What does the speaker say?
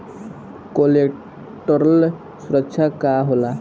Collateral सुरक्षा का होला?